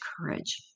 courage